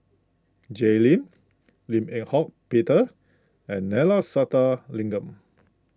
Jay Lim Lim Eng Hock Peter and Neila Sathyalingam